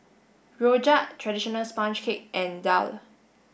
Rojak traditional sponge cake and Daal